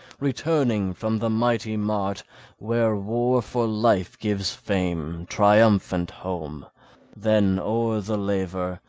returning from the mighty mart where war for life gives fame, triumphant home then o'er the laver,